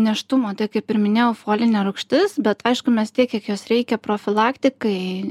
nėštumo tai kaip ir minėjau folinė rūgštis bet aišku mes tiek kiek jos reikia profilaktikai